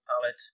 palette